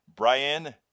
Brian